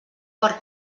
per